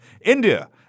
India